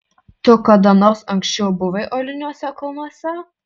tu kada nors anksčiau buvai uoliniuose kalnuose